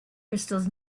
crystals